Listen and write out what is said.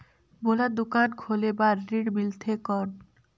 मोला दुकान खोले बार ऋण मिलथे कौन?